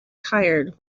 tired